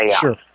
Sure